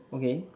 okay